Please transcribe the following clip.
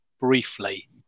briefly